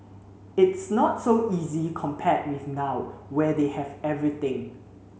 it's not so easy compared with now where they have everything